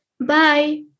Bye